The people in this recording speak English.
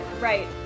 right